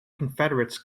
confederates